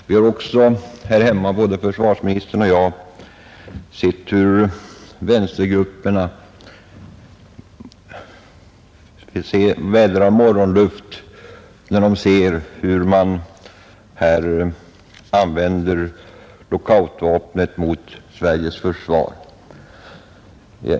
Vi har också här hemma, både försvarsministern och jag, märkt hur vänstergrupperna vädrar morgonluft när de ser hur man använder lockoutvapnet mot Sveriges försvar.